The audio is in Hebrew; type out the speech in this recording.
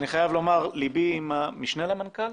אני חייב לומר ליבי עם המשנה למנכ"ל,